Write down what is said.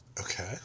Okay